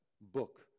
book